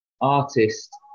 Artist